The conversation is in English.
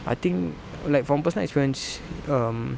I think like from personal experience um